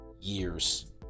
years